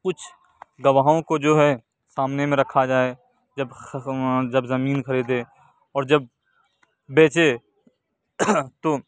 کچھ گواہوں کو جو ہے سامنے میں رکھا جائے جب جب زمین خریدے اور جب بیچے تو